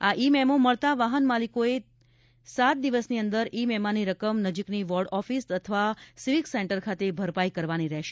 આ e memo મળતા વાહન માલિકોએ દિવસ સાતની અંદર ઇ મેમાની રકમ નજીકની વોર્ડ ઓફીસ અથવા સીવીક સેન્ટર ખાતે ભરપાઇ કરવાની રહેશે